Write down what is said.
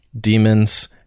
demons